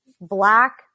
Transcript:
black